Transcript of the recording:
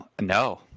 no